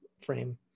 frame